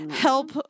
help